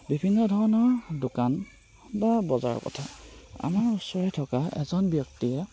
বিভিন্ন ধৰণৰ দোকান বা বজাৰৰ কথা আমাৰ ওচৰতে থকা এজন ব্যক্তিয়ে